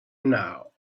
now